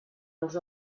els